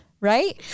right